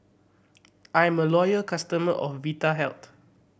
I am a loyal customer of Vitahealth